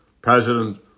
President